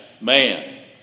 man